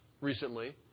recently